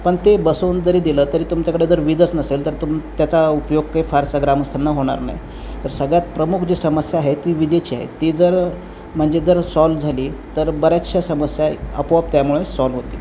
पण ते बसवून जरी दिलं तरी तुमच्याकडे जर विजच नसेल तर तुम त्याचा उपयोग काही फारसा ग्रामस्थांना होणार नाही तर सगळ्यात प्रमुख जी समस्या आहे ती विजेची आहे ती जर म्हणजे जर सॉल्व झाली तर बऱ्याचशा समस्या अपोआप त्यामुळे सॉल्व होतील